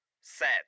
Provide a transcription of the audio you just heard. set